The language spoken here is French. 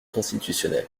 constitutionnelle